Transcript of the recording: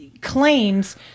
claims